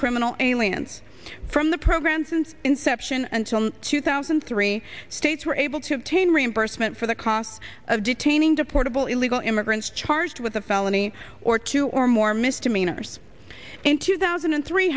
criminal aliens from the program since inception until tooth three states were able to obtain reimbursement for the costs of detaining deportable illegal immigrants charged with a felony or two or more misdemeanors in two thousand and three